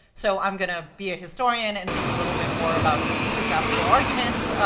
so i'm gonna be a historian, and think a little bit more about histographical arguments,